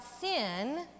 sin